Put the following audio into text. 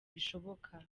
bishoboka